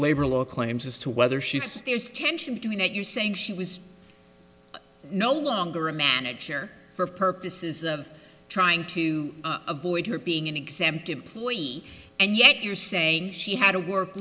labor law claims as to whether she says there's tension between what you're saying she was no longer a manager for purposes of trying to avoid her being an exempt employee and yet you're saying she had to work